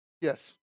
Yes